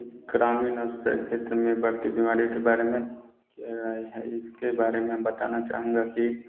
ग्रामीण क्षेत्र में बढ़ती बीमारियों के बारे में यह राय है कि इसके बारे में बताना चाहूँगा कि